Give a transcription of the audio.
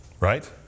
Right